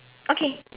okay